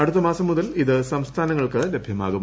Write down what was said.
അടുത്ത മാസം മുതൽ ഇത് സംസ്ഥാനങ്ങൾക്ക് ലഭ്യമാകും